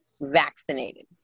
vaccinated